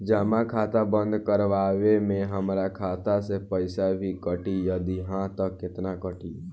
जमा खाता बंद करवावे मे हमरा खाता से पईसा भी कटी यदि हा त केतना कटी?